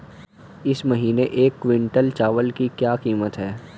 इस महीने एक क्विंटल चावल की क्या कीमत है?